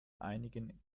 einigen